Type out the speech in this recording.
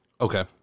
Okay